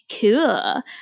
Cool